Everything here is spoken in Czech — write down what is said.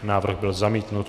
Návrh byl zamítnut.